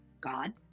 God